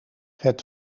het